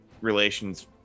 Relations